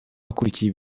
yakurikiye